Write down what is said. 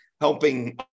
helping